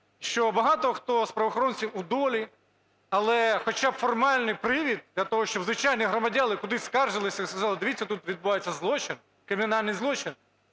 що багато хто з правоохоронців у долі, але хоча б формальний привід для того, щоб звичайні громадяни кудись скаржилися і сказали: дивіться, тут відбувається злочин, кримінальний злочин.